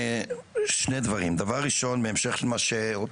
שני דברים: דברים ראשון, בהמשך למה שאמרה